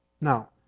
Now